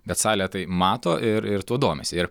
bet salė tai mato ir ir tuo domisi ir